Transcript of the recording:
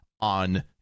on